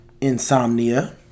Insomnia